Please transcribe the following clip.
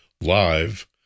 live